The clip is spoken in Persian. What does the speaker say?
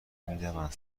میروند